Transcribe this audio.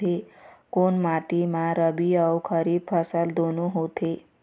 कोन माटी म रबी अऊ खरीफ फसल दूनों होत हे?